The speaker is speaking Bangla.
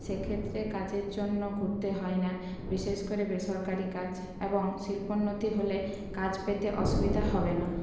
সেক্ষেত্রে কাজের জন্য ঘুরতে হয় না বিশেষ করে বেসরকারি কাজ এবং শিল্পোন্নতি হলে কাজ পেতে অসুবিধা হবে না